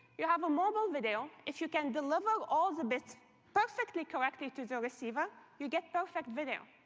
you have a mobile video. if you can deliver all the bits perfectly correctly to the receiver, you get perfect video.